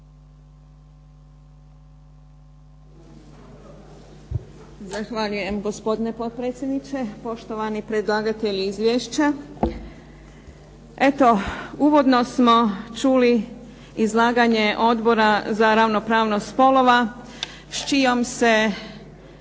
Zahvaljujem gospodine potpredsjedniče. Poštovani predlagatelji izvješća, eto uvodno smo čuli izlaganje Odbora za ravnopravnost spolova s čijim se